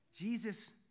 Jesus